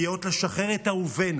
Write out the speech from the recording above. הוא יאות לשחרר את אהובינו,